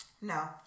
No